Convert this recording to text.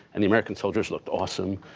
and the american soldiers looked awesome,